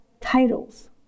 titles